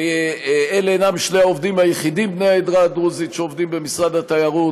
ואלה אינם שני העובדים היחידים בני העדה הדרוזית במשרד התיירות,